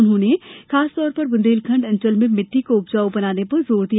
उन्होंने खास तौर पर बुन्देलखंड अंचल में मिट्टी को उपजाऊ बनाने पर जोर दिया